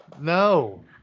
No